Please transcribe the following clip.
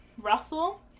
Russell